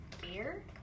Beer